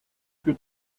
für